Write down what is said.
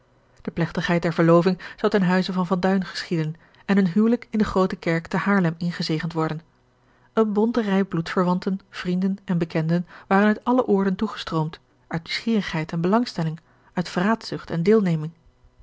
de plegtigheid der verloving zou ten huize van van duin geschieden en hun huwelijk in de groote kerk te haarlem ingezegend worden eene bonte rij bloedverwanten vrienden en bekenden waren uit alle oorden toegestroomd uit nieuwsgierigheid en belangstelling uit vraatzucht en deelneming